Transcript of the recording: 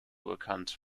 bekannt